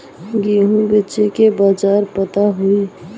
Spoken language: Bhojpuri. गेहूँ बेचे के बाजार पता होई?